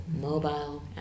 mobile